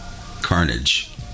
carnage